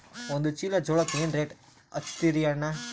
ಒಂದ ಚೀಲಾ ಜೋಳಕ್ಕ ಏನ ರೇಟ್ ಹಚ್ಚತೀರಿ ಅಣ್ಣಾ?